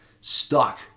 stuck